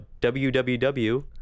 www